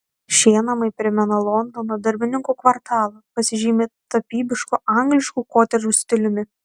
šie namai primena londono darbininkų kvartalą pasižymi tapybišku angliškų kotedžų stiliumi